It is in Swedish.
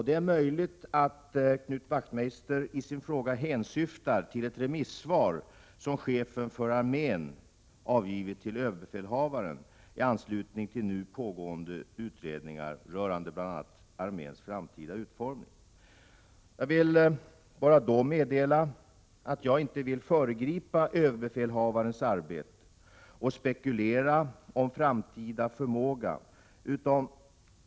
Det är möjligt att de yttranden som Knut Wachtmeister hänvisar till i sin fråga härrör från ett remissvar som chefen för armén avgivit till överbefälhavaren i anslutning till nu pågående utredningar rörande bl.a. arméns framtida utformning. Jag vill då meddela att jag inte önskar föregripa överbefälhavarens arbete och spekulera om arméns framtida förmåga.